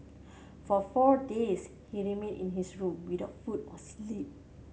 for four days he remained in his room with the food or sleep